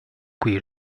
qui